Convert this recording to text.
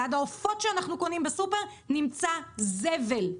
ליד העופות שאנחנו קונים בסופרמרקט נמצא זבל.